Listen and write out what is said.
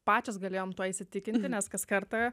pačios galėjom tuo įsitikinti nes kas kartą